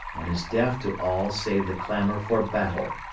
and is deaf to all save the clamor for battle.